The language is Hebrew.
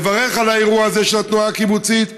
צריך לברך על האירוע הזה של התנועה הקיבוצית,